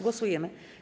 Głosujemy.